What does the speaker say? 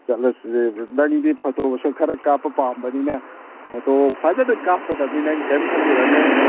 ꯆꯠꯂꯁꯤ ꯅꯪꯗꯤ ꯐꯣꯇꯣꯒꯁꯨ ꯈꯔ ꯀꯥꯞꯄ ꯄꯥꯝꯕꯅꯤꯅ ꯐꯣꯇꯣ ꯐꯖꯅ ꯀꯥꯞꯄꯗꯝꯅꯤ ꯅꯪ ꯀꯔꯤꯝ ꯈꯜꯂꯨꯔꯅꯨ